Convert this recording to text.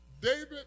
David